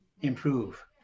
improve